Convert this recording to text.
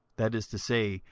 that is to say,